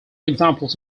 examples